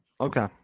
Okay